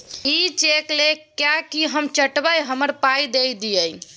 इ चैक लए कय कि हम चाटब? हमरा पाइ दए दियौ